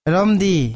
Ramdi